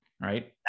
right